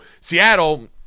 Seattle